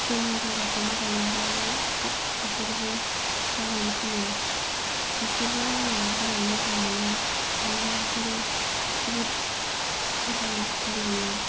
जोंनि जायगाखौ मोजां मोननानै बिसोरबो दावबायनो फैयो बिसोरजों आङो रायज्लायनो मोजां मोनो मानोना बिसोरो जोबोद मोजां रायज्लायो